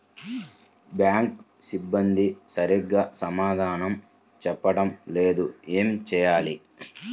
Bank సిబ్బంది సరిగ్గా సమాధానం చెప్పటం లేదు ఏం చెయ్యాలి?